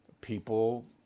people